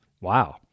Wow